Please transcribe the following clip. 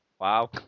Wow